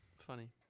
Funny